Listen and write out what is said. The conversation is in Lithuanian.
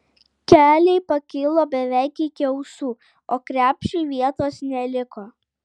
keliai pakilo beveik iki ausų o krepšiui vietos neliko